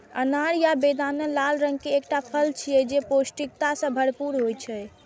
अनार या बेदाना लाल रंग के एकटा फल छियै, जे पौष्टिकता सं भरपूर होइ छै